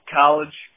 college